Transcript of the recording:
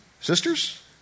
sisters